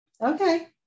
Okay